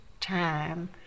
time